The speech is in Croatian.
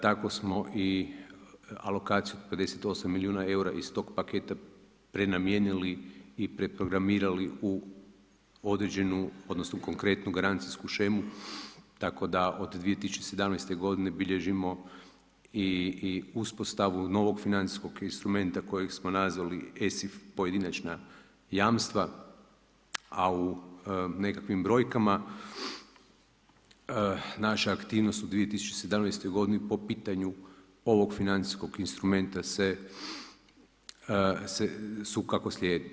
Tako smo i alokaciju 58 milijuna eura iz tog paketa prenamijenili i preprogramirali u određenu odnosno konkretnu garancijsku shemu, tako da od 2017. godine bilježimo i uspostavu novog financijskog instrumenta kojeg smo nazvali ESIF pojedinačna jamstva, a u nekakvim brojkama, naša aktivnost u 2017. godini po pitanju ovog financijskog instrumenta su kako slijedi.